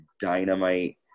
Dynamite